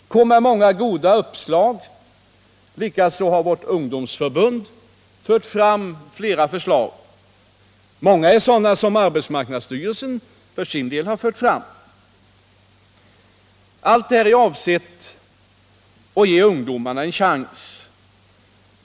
Där framfördes många goda idéer. Likaså har vårt ungdomsförbund fört fram flera förslag. Många av dem är sådana som arbetsmarknadsstyrelsen för sin del också har fört fram. Allt detta är avsett att ge ungdomarna en chans.